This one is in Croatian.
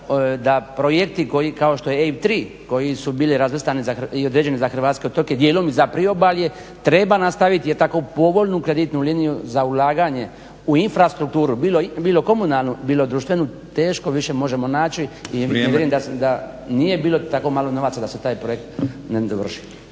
da projekti koji kao što je EIB 3 koji su bili razvrstani i određeni za hrvatske otoke, dijelom i za priobalje treba nastaviti jer tako povoljno kreditnu liniju za ulaganje u infrastrukturu bilo komunalnu, bilo društvenu teško više možemo naći i ne vjerujem da nije bilo tako malo novaca da se taj projekt ne dovrši.